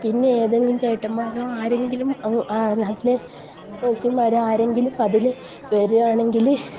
പിന്നെ ഏതെങ്കിലും ചേട്ടന്മാരോ ആരെങ്കിലും അ അതിലെ ചേച്ചിമാർ ആരെങ്കിലും അതിലെ വരുകയാണെങ്കിൽ